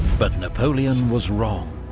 but napoleon was wrong